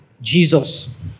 jesus